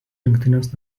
rinktinės